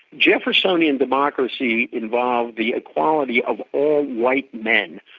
jeffersonian democracy involved the equality of all white men.